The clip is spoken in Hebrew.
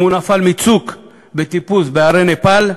אם הוא נפל מצוק בטיפוס בהרי נפאל,